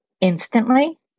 instantly